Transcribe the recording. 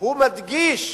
הוא מדגיש